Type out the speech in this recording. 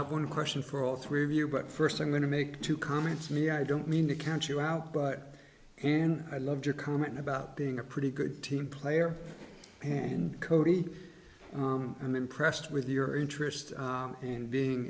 have one question for all three of you but first i'm going to make two comments me i don't mean to count you out but and i loved your comment about being a pretty good team player and cody i'm impressed with your interest in being